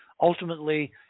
ultimately